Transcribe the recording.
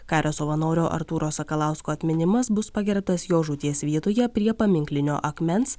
kario savanorio artūro sakalausko atminimas bus pagerbtas jo žūties vietoje prie paminklinio akmens